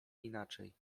inaczej